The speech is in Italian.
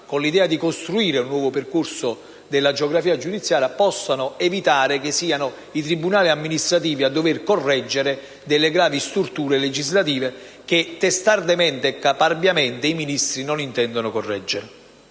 e l'idea di costruire un nuovo percorso della geografia giudiziaria, possano evitare che siano i tribunali amministrativi a dover correggere gravi storture legislative che caparbiamente i Ministri non intendono correggere.